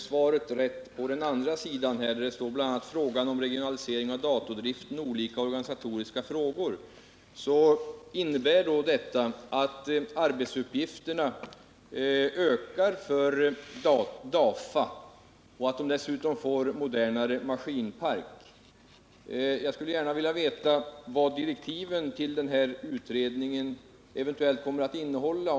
Herr talman! Om jag förstått svaret rätt i den del som behandlar frågan om regionalisering av datordriften och olika organisatoriska frågor, så innebär det att arbetsuppgifterna ökar för DAFA och att DAFA dessutom får modernare maskinpark. Jag skulle gärna vilja veta vad direktiven till den här utredningen eventuellt kommer att innehålla.